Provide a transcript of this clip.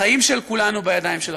החיים של כולנו בידיים שלכם.